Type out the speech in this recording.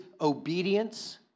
obedience